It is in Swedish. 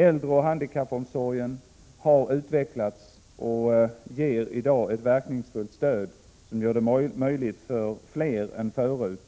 Äldreoch handikappomsorgen har utvecklats och ger i dag ett verkningsfullt stöd som gör det möjligt för flera än förut